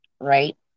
right